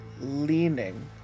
leaning